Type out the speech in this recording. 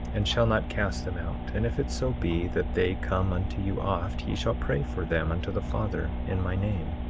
and shall not cast them out and if it so be that they come unto you oft ye shall pray for them unto the father, in my name.